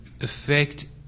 affect